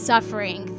Suffering